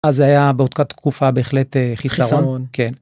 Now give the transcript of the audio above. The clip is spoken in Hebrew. אז היה באותה תקופה בהחלט חיסרון כן.